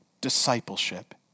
Discipleship